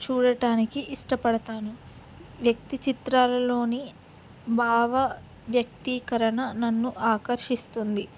చూడటానికి ఇష్టపడతాను వ్యక్తి చిత్రాలలోని భావ వ్యక్తీకరణ నన్ను ఆకర్షిస్తుంది